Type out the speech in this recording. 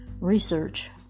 research